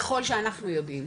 ככול שאנחנו יודעים,